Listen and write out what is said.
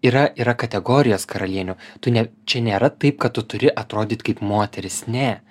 yra yra kategorijos karalienių tu ne čia nėra taip kad tu turi atrodyt kaip moteris ne